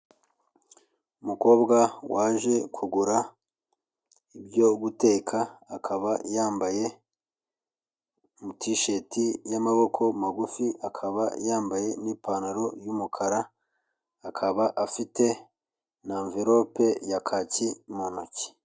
Umukobwa waje kugura ibyo guteka, akaba yambaye tisheti y'amaboko magufi, akaba yambaye n'ipantaro y'umukara, akaba afite na anverope ya kacyi mu ntoki.